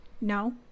no